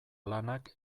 lanak